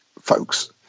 folks